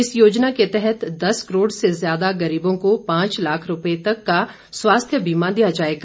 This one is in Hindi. इस योजना के तहत दस करोड़ से ज्यादा गरीबों को पांच लाख रुपये तक का स्वास्थ्य बीमा दिया जाएगा